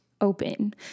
open